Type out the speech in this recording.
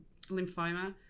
lymphoma